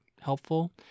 helpful